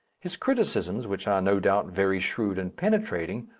his criticisms, which are, no doubt, very shrewd and penetrating,